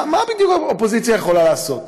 מה בדיוק האופוזיציה יכולה לעשות?